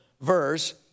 verse